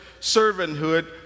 servanthood